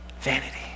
vanity